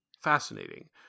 Fascinating